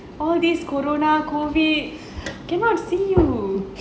all these corona COVID cannot see you